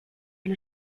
and